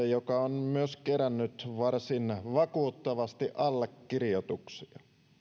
joka on myös kerännyt varsin vakuuttavasti allekirjoituksia